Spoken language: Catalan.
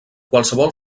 qualsevol